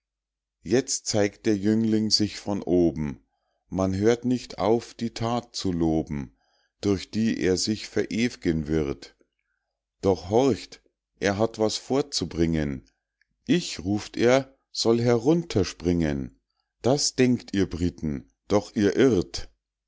jetzt zeigt der jüngling sich von oben man hört nicht auf die that zu loben durch die er sich verew'gen wird doch horcht er hat was vorzubringen ich ruft er soll herunter springen das denkt ihr britten doch ihr irrt